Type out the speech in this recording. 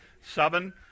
seven